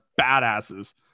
badasses